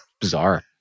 bizarre